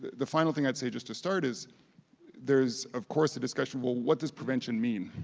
the final thing i'd say just to start is there is of course a discussion, well, what does prevention mean?